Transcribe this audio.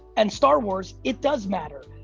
and star wars, it does matter.